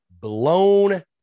blown